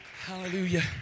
hallelujah